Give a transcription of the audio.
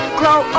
grow